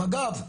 מג"ב,